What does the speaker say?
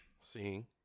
Seeing